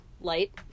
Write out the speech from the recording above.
light